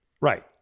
right